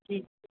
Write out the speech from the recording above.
जी